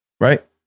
right